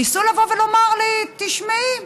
ניסו לבוא ולומר לי: תשמעי,